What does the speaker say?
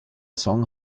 song